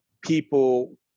people